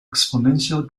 exponential